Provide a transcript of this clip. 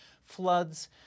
floods